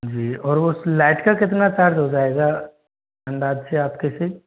जी और वो उस लाइट का कितना चार्ज हो जाएगा अंदाज से आपके से